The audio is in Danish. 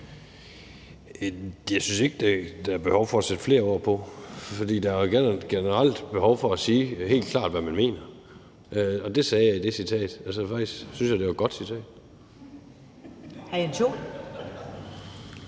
Jeg synes ikke, der er behov for at sætte flere ord på. Der er generelt behov for at sige helt klart, hvad man mener, og det gjorde jeg i det citat, så faktisk synes jeg, at det er et godt citat. Kl.